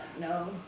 No